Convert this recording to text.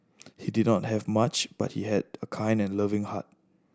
he did not have much but he had a kind and loving heart